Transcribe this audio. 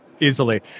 easily